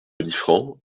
liffrand